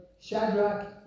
Shadrach